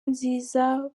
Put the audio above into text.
nziza